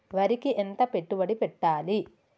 వరికి ఎంత పెట్టుబడి పెట్టాలి?